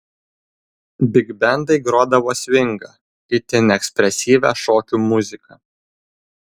bigbendai grodavo svingą itin ekspresyvią šokių muziką